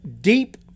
deep